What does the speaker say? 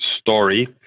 story